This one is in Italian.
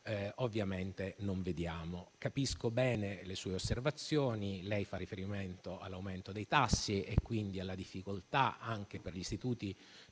al momento non vediamo. Capisco bene le sue osservazioni: fa riferimento all'aumento dei tassi e quindi alla difficoltà, non solo per gli istituti